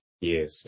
Yes